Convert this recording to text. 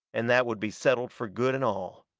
and that would be settled for good and all.